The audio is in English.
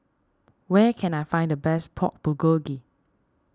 where can I find the best Pork Bulgogi